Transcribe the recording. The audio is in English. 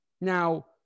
Now